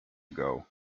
ago